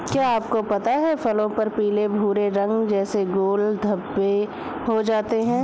क्या आपको पता है फलों पर पीले भूरे रंग जैसे गोल धब्बे हो जाते हैं?